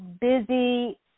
busy